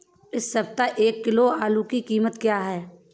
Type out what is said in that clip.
इस सप्ताह एक किलो आलू की कीमत क्या है?